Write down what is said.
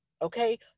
Okay